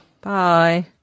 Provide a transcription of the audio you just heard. Bye